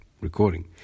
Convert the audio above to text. recording